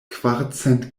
kvarcent